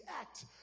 act